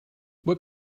what